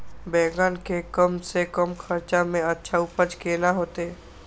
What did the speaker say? बेंगन के कम से कम खर्चा में अच्छा उपज केना होते?